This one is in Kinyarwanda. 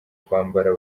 kwambara